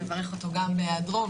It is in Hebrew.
נברך אותו גם בהיעדרו,